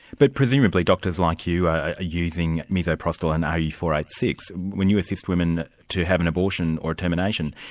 but presumably doctors like you are using mesoprostol and r u four eight six when you assist women to have an abortion or a termination,